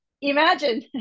imagine